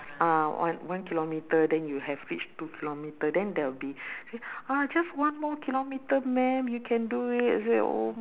ah one one kilometer then you have reached two kilometre then there will be just one more kilometer ma'am you can do it I say oh